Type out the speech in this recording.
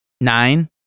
nine